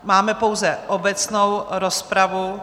Máme pouze obecnou rozpravu.